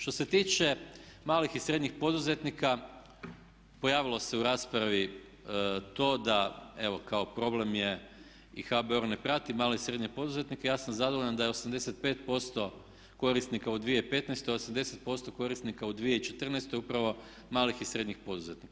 Što se tiče malih i srednjih poduzetnika, pojavilo se u raspravi to da evo kao problem je i HBOR ne prati male i srednje poduzetnike, ja sam zadovoljan da je 85% korisnika u 2015., 80% korisnika u 2014. upravo malih i srednjih poduzetnika.